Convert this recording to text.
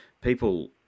people